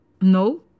no